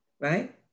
right